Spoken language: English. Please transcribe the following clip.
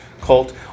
cult